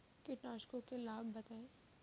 कीटनाशकों के लाभ बताएँ?